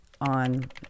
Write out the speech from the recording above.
on